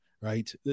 right